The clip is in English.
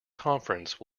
conference